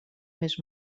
més